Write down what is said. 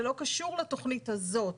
זה לא קשור לתכנית הזאת.